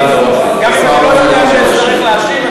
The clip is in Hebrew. גם אם אני לא אהיה זה שיצטרך להשיב,